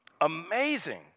Amazing